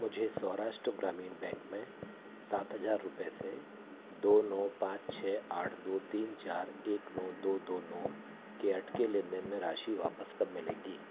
मुझे सौराष्ट्र ग्रामीण बैंक में सात हज़ार रुपये से दो नौ पाँच छः आठ दो तीन चार एक नौ दो दो नौ के अटके लेन देन में राशि वापस कब मिलेगी